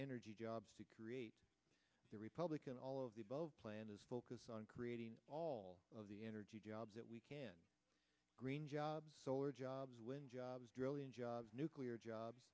energy jobs to create the republican all of the above plan is focused on creating all of the energy jobs that we can green jobs solar jobs when jobs jobs nuclear jobs